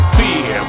fear